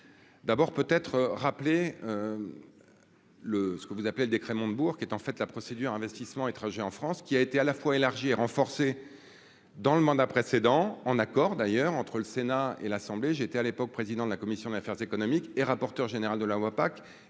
d'abord peut être rappelé le ce que vous appelez le décret Montebourg qui est en fait la procédure investissements étrangers en France, qui a été à la fois élargie et renforcée dans le mandat précédent, en accord d'ailleurs entre le Sénat et l'Assemblée, j'étais à l'époque, président de la commission d'affaires économiques et rapporteur général de la voix,